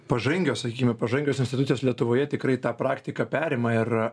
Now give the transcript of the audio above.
pažangios sakykime pažangios institucijos lietuvoje tikrai tą praktiką perima ir